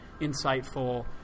insightful